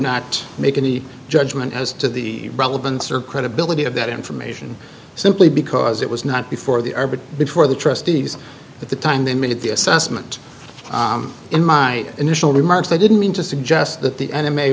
not make any judgment as to the relevance or credibility of that information simply because it was not before the arbiter before the trustees at the time they made the assessment in my initial remarks i didn't mean to suggest that the enemy